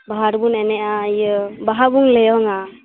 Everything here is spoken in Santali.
ᱵᱟᱦᱟ ᱨᱮᱵᱚᱢ ᱮᱱᱮᱡᱼᱟ ᱤᱭᱟᱹ ᱵᱟᱦᱟ ᱵᱚᱱ ᱞᱟᱹᱭᱼᱟ ᱚᱱᱟ